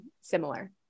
similar